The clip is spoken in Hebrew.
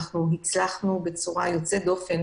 שהצלחנו בצורה יוצאת דופן